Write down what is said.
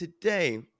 today